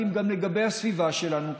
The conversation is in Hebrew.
כי אם גם לגבי הסביבה שלנו,